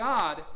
God